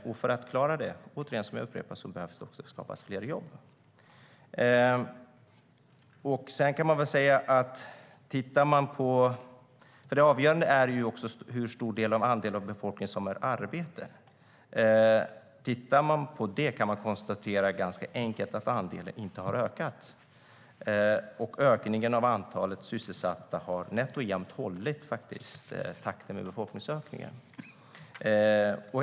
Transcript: Och för att klara det behövs det alltså skapas fler jobb. Hur stor andel av befolkningen som har arbete är också avgörande. Om man tittar på det kan man ganska enkelt konstatera att andelen inte har ökat. Och ökningen av antalet sysselsatta har nätt och jämnt hållit takten med befolkningsökningen.